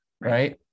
right